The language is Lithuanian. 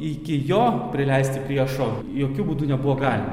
iki jo prileisti priešo jokiu būdu nebuvo galima